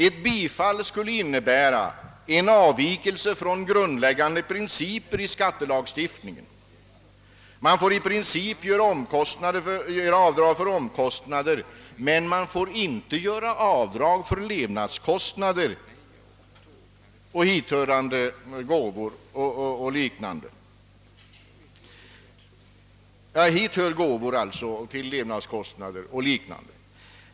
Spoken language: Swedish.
Ett bifall skulle innebära en avvikelse från grundläggande principer i skattelagstiftningen. Man får i princip göra avdrag för omkostnader, men. man får inte göra avdrag för levnadskostnader vartill hör gåvor och liknande.